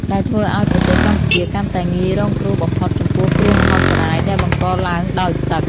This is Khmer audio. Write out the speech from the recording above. ដែលធ្វើឱ្យប្រទេសកម្ពុជាកាន់តែងាយរងគ្រោះបំផុតចំពោះគ្រោះមហន្តរាយដែលបង្កឡើងដោយទឹក។